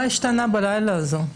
מה השתנה בלילה הזה?